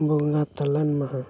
ᱵᱚᱸᱜᱟ ᱛᱟᱞᱟᱭᱮᱱ ᱢᱟᱦᱟ